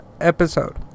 episode